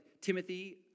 Timothy